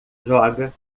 joga